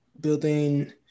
building